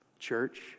Church